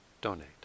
donate